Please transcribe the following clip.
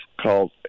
called